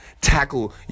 tackle